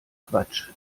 quatsch